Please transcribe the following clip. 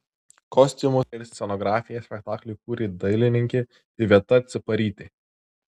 kostiumus ir scenografiją spektakliui kūrė dailininkė iveta ciparytė